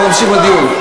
אנחנו נמשיך בדיון.